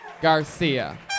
Garcia